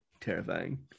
terrifying